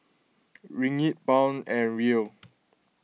Ringgit Pound and Riel